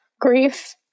grief